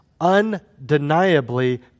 undeniably